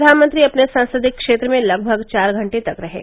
प्रधानमंत्री अपने संसदीय क्षेत्र में लगभग चार घंटे तक रहें